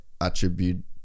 attribute